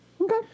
Okay